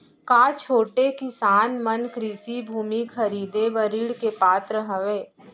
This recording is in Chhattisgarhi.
का छोटे किसान मन कृषि भूमि खरीदे बर ऋण के पात्र हवे?